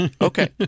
Okay